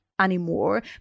anymore